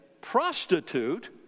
prostitute